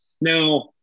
Now